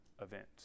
event